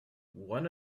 one